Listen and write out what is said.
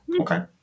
okay